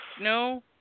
no